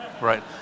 Right